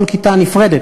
כל כיתה נפרדת,